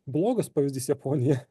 blogas pavyzdys japonija